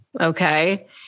okay